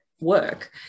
work